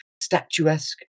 statuesque